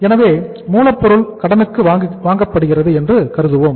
எனவே மூலப்பொருள் கடனுக்கு வாங்கப்படுகிறது என்று கருதுகிறோம்